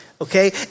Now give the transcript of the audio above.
Okay